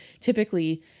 Typically